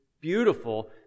beautiful